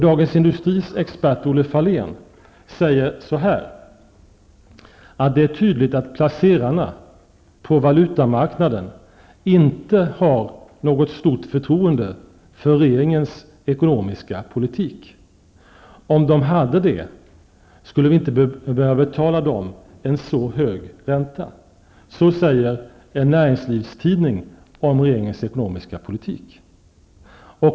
Dagens Industris expert Olle Fahlén säger så här: ''Det är tydligt att placerarna på valutamarknaden inte har något stort förtroende för regeringens ekonomiska politik. Om de hade det skulle vi inte behöva betala dem en så hög ränta.'' Så skrivs alltså i en näringslivstidning om regeringens ekonomiska politik.